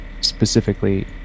specifically